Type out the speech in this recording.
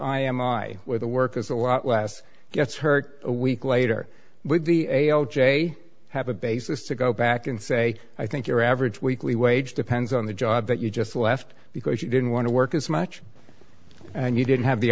i am my where the work is a lot less gets hurt a week later with the a l j have a basis to go back and say i think your average weekly wage depends on the job that you just left because you didn't want to work as much and you didn't have the